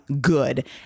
good